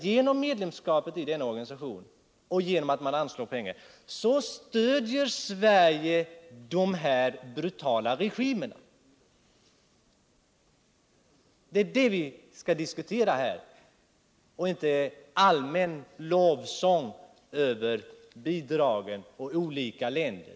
Genom medlemskap i denna organisation och genom att anslå pengar stöder Sverige alltså dessa brutala regimer! Det är detta som vi skall diskutera här i stället för alt stämma upp en allmän lovsång om bidragen till olika länder.